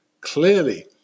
Clearly